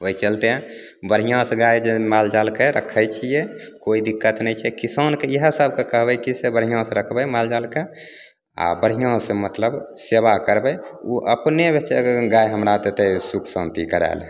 ओहि चलिते बढ़िआँसे गाइ जे मालजालके राखै छिए कोइ दिक्कत नहि छै किसानके इएह सबके कहबै कि से बढ़िआँसे राखबै मालजालके आओर बढ़िआँसे मतलब सेवा करबै ओ अपने गाइ हमरा देतै सुख शान्ति करै ले